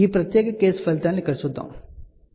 కాబట్టి ఈ ప్రత్యేక కేసు ఫలితాలను ఇక్కడ చూద్దాం సరే